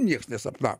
nieks nesapnavo